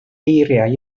eiriau